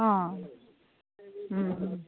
ହଁ ହୁଁ ହୁଁ